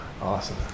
Awesome